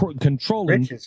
controlling